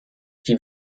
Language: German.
die